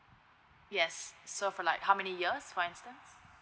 yes so for like how many years for instance